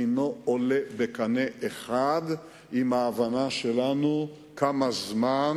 אינו עולה בקנה אחד עם ההבנה שלנו כמה זמן